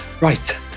right